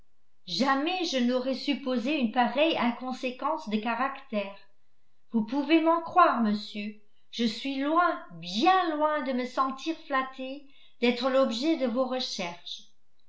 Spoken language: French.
jamais je n'aurais supposé use pareille inconséquence de caractère vous pouvez m'en croire monsieur je suis loin bien loin de me sentir flattée d'être l'objet de vos recherches